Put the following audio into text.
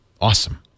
awesome